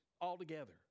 altogether